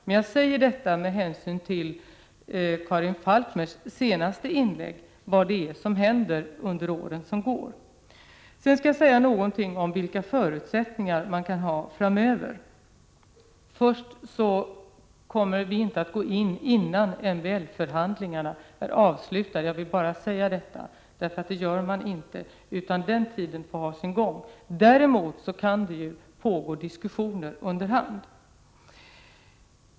Men jag säger detta som svar på Karin Falkmers senaste inlägg. Jag vill också säga något om de förutsättningar som råder framöver. Först och främst vill jag framhålla att vi inte kommer att ingripa innan MBL förhandlingarna är avslutade. Så gör man inte. Förhandlingarna måste få ha sin gång. Däremot kan diskussioner pågå under hand.